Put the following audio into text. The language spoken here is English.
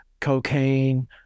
cocaine